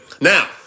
Now